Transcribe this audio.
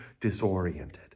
disoriented